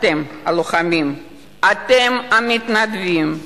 אתם הלוחמים, אתם המתנדבים,